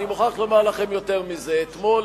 אני מוכרח לומר לכם יותר מזה: אתמול